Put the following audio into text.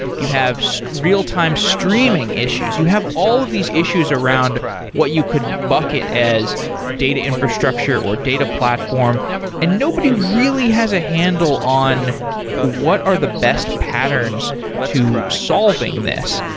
you have so real-time streaming issues. you have all of these issues around what you could bucket as data infrastructure or data platform and nobody really has a handle on what are the best patterns to solving this.